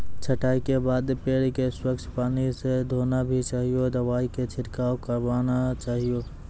छंटाई के बाद पेड़ क स्वच्छ पानी स धोना भी चाहियो, दवाई के छिड़काव करवाना चाहियो